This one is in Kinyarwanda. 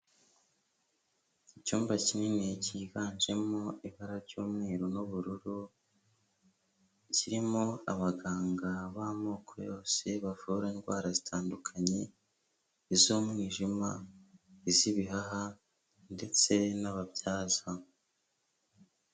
Icyumba kinini cyiganjemo ibara ry'umweru n'ubururu, kirimo abaganga b'amoko yose bavura indwara zitandukanye iz'umwijima, iz'ibihaha ndetse n'ababyaza.